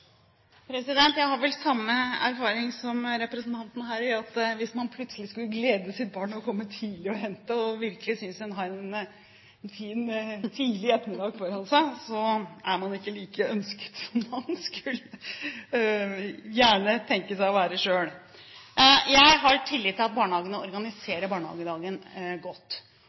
hvis man plutselig skulle glede sitt barn ved å komme tidlig og hente, og virkelig trodde man hadde en fin tidlig ettermiddag foran seg, så er man ikke like ønsket som man gjerne skulle tenke seg å være selv. Jeg har tillit til at barnehagene organiserer barnehagedagen godt,